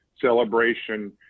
celebration